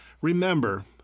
remember